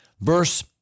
Verse